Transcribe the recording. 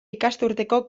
ikasturteko